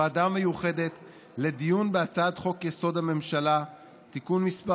הוועדה המיוחדת לדיון בהצעת חוק-יסוד: הממשלה (תיקון מס'